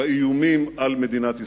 באיומים על מדינת ישראל.